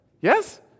Yes